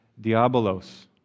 diabolos